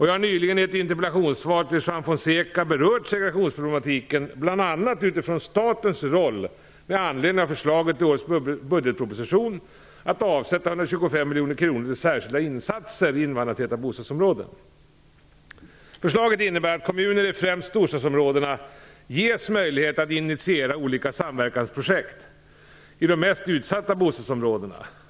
Jag har nyligen i ett interpellationssvar till Juan Fonseca berört segregationsproblematiken, bl.a. utifrån statens roll med anledning av förslaget i årets budgetproposition om att avsätta 125 miljoner kronor till särskilda insatser i invandrartäta bostadsområden. Förslaget innebär att kommuner i främst storstadsområdena ges möjlighet att initiera olika samverkansprojekt i de mest utsatta bostadsområdena.